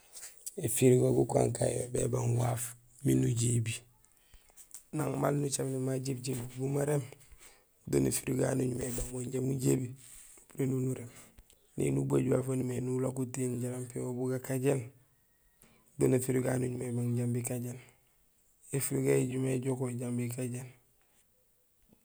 Ifirgo gukankaan yo bébang waaf miin ujébi; nang maal nucaméné ma jébijébi bumaréén; do néfitgo yayu nuñumé ébang mo inja mujébi nupurénul nuréé. Néni ubajul waaf waan numimé éni ulako tiyééŋ jaraam piyo wo bugakajéén; do néfrigo yayu nuñumé ébang jambi kajéén, éfirgo yo éjumé éjook wo jambi kajéén.